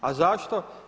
A zašto?